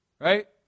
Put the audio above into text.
right